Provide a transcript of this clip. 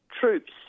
troops